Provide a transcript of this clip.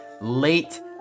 late